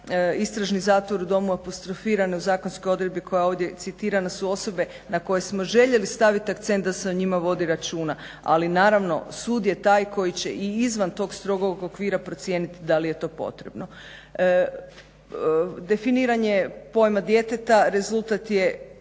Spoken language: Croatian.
istražni zatvor u domu apostrofirane u zakonskoj odredbi koja je ovdje citirana su osobe na koje smo željeli staviti akcent da se o njima vodi računa, ali naravno sud je taj koji će i izvan tog strogog okvira procijeniti da li je to potrebno. Definiranje pojma djeteta rezultat je